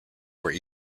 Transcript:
were